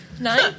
Nine